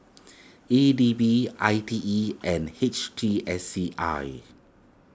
E D B I T E and H T S C I